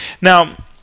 Now